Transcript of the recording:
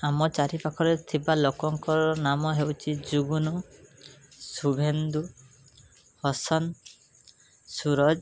ଆମ ଚାରିପାଖରେ ଥିବା ଲୋକଙ୍କର ନାମ ହେଉଛି ଜୁବୁନୁ ଶୁଭେନ୍ଦୁ ପ୍ରସନ ସୂରଜ